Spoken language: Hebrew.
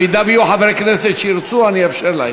אם יהיו חברי כנסת שירצו, אני אאפשר להם.